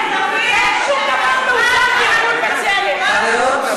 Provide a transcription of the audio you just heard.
מי, ארגון "בצלם"?